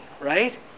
right